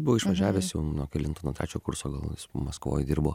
buvo išvažiavęs jau nuo kelinto nuo trečio kurso gal jis maskvoj dirbo